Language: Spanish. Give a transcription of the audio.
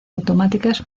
automáticas